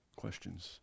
questions